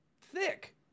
thick